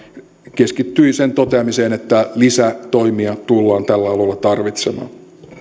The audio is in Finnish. keskittyi sen toteamiseen että lisätoimia tullaan tällä alueella tarvitsemaan